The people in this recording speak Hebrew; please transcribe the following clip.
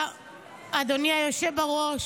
אין מתנגדים, אין נמנעים.